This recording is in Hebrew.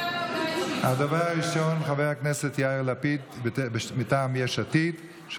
הדובר הראשון, חבר הכנסת יאיר לפיד מטעם יש עתיד.